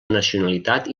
nacionalitat